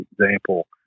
example